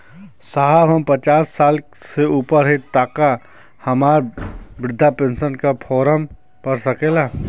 साहब हम पचास साल से ऊपर हई ताका हम बृध पेंसन का फोरम भर सकेला?